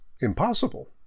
impossible